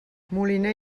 moliner